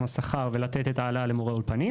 השכר ולתת את ההעלאה למורי האולפנים,